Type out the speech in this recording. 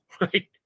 right